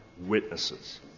witnesses